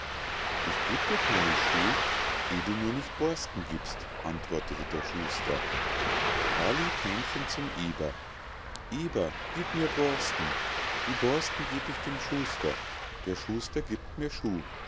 ich geb dir keine schuh eh du mir nicht borsten giebst antwortete der schuster da lief hähnchen zum eber eber gieb mir borsten die borsten geb ich dem schuster der schuster giebt mir schuh